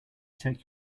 take